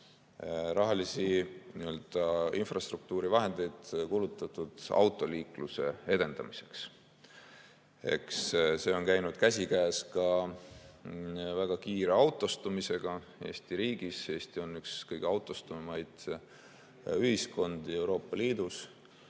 rahalisi infrastruktuuri vahendeid autoliikluse edendamiseks. Eks see on käinud käsikäes väga kiire autostumisega Eesti riigis. Eesti on üks kõige autostunumaid ühiskondi Euroopa Liidus.